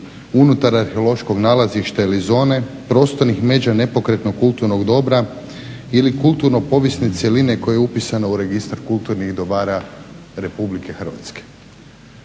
unutar arheološkog nalazišta ili zone, prostornih međa nepokretnog kulturnog dobra ili kulturno povijesne cjeline koje je upisano u registar kulturnih dobara RH.